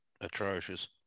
atrocious